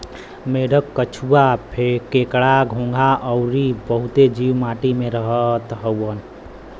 मेंढक, केंचुआ, केकड़ा, घोंघा अउरी बहुते जीव माटी में रहत हउवन